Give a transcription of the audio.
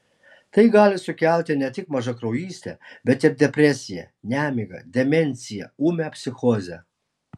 tai gali sukelti ne tik mažakraujystę bet ir depresiją nemigą demenciją ūmią psichozę